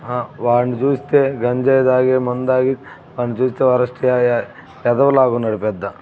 వాడిని చూస్తే గంజాయి తాగి మందు తాగి వాని చూస్తే వరస్ట్ వెదవలాగున్నాడు పెద్ద